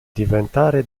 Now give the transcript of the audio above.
diventare